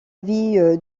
vie